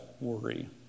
worry